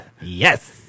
Yes